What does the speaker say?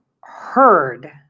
heard